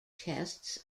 tests